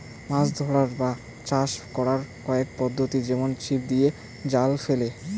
মাছ ধরার বা চাষ করাং কয়েক পদ্ধতি যেমন ছিপ দিয়ে, জাল ফেলে